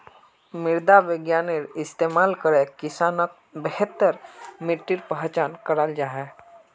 मृदा विग्यानेर इस्तेमाल करे किसानोक बेहतर मित्तिर पहचान कराल जाहा